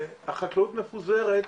והחקלאות מפוזרת,